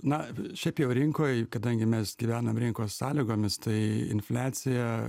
na šiaip jau rinkoj kadangi mes gyvenam rinkos sąlygomis tai infliacija